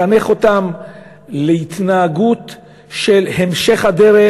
לחנך אותם להתנהגות של המשך הדרך.